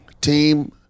Team